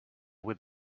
with